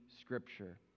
Scripture